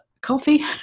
coffee